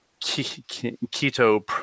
keto